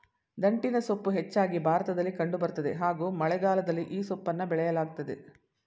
ದಂಟಿನಸೊಪ್ಪು ಹೆಚ್ಚಾಗಿ ಭಾರತದಲ್ಲಿ ಕಂಡು ಬರ್ತದೆ ಹಾಗೂ ಮಳೆಗಾಲದಲ್ಲಿ ಈ ಸೊಪ್ಪನ್ನ ಬೆಳೆಯಲಾಗ್ತದೆ